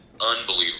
unbelievable